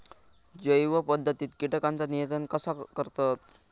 जैव पध्दतीत किटकांचा नियंत्रण कसा करतत?